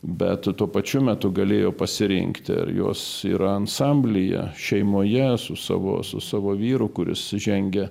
bet tuo pačiu metu galėjo pasirinkti ar jos yra ansamblyje šeimoje su savo su savo vyru kuris žengia